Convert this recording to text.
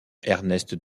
ernest